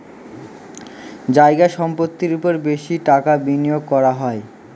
জায়গা সম্পত্তির ওপর বেশি টাকা বিনিয়োগ করা হয়